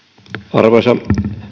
arvoisa